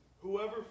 Whoever